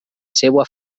seua